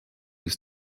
ist